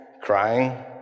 crying